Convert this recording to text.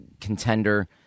contender